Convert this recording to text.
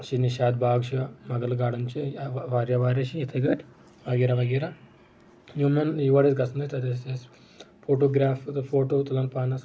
چھِ نشاط باغ چھ مغل گاڑن چھِ یا واریاہ واریاہ چھِ اِتھٕے کٲٹھ وغیرہ وغیرہ یِمن یور أسۍ گژھان ٲسۍ تتہِ ٲسۍ أسۍ فوٹو گراف فوٹو تُلان پانس